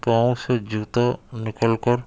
پاؤں سے جوتا نکل کر